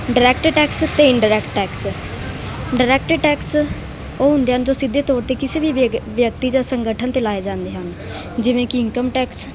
direct tax ਅਤੇ indirect tax direct tax ਉਹ ਹੁੰਦੇ ਹਨ ਜੋ ਸਿੱਧੇ ਤੌਰ 'ਤੇ ਕਿਸੇ ਵੀ ਵਿਗ ਵਿਅਕਤੀ ਜਾਂ ਸੰਗਠਨ 'ਤੇ ਲਗਾਏ ਜਾਂਦੇ ਹਨ ਜਿਵੇਂ ਕਿ ਇਨਕਮ ਟੈਕਸ